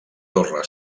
torre